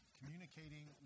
communicating